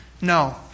No